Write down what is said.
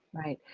right.